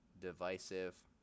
divisive